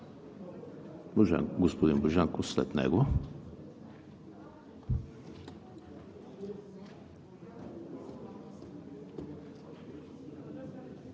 господин Божанков е след него.